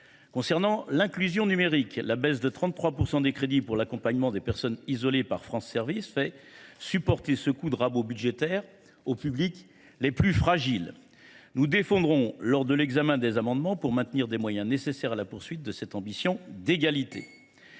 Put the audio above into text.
matière d’inclusion numérique, la baisse de 33 % des crédits pour l’accompagnement des personnes isolées par France Services fait supporter ce coup de rabot budgétaire aux publics les plus fragiles. Nous défendrons des amendements tendant à maintenir des moyens nécessaires à la poursuite de cette ambition d’égalité.